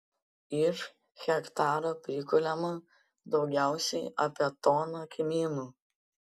iš hektaro prikuliama daugiausiai apie toną kmynų